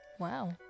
wow